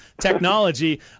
technology